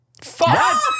Fuck